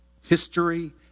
History